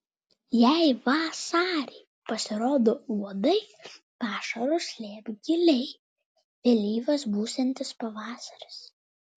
jei vasarį pasirodo uodai pašarus slėpk giliai vėlyvas būsiantis pavasaris